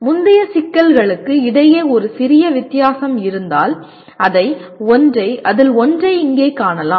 முந்தைய சிக்கல்களுக்கு இடையே ஒரு சிறிய வித்தியாசம்இருந்தால் அதில் ஒன்றை இங்கே காணலாம்